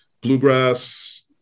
bluegrass